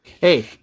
hey